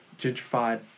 gentrified